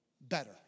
better